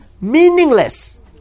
meaningless